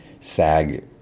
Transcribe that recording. SAG